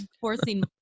forcing